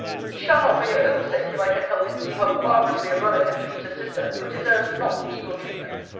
he shall not for your own sake, if i can help it, see how barbarously a brother can treat a sister who deserves not evil treatment.